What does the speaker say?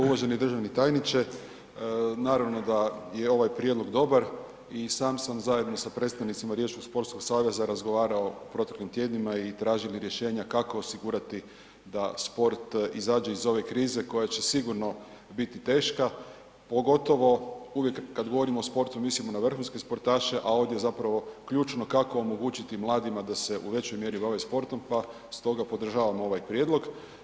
Uvaženi državni tajniče, naravno da je ovaj prijedlog dobar i sam sam zajedno sa predstavnicima riječkog sportskog saveza razgovarao u proteklim tjednima i tražili rješenja kako osigurati da sport izađe iz ove krize koja će sigurno biti teška, pogotovo, uvijek kad govorimo o sportu mislimo na vrhunske sportaše, a ovdje je zapravo ključno kako omogućiti mladima da se u većoj mjeri bave sportom, pa stoga podržavam ovaj prijedlog.